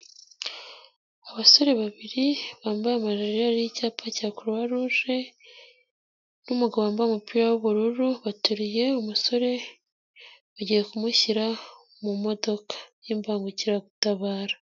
Abasore babiri bambaye amajire ariho icyapa cya kuruwaruje n'umugabo wambaye umupira w'ubururu baturiye umusore bagiye kumushyira mu modoka y'imbangukiragutabara.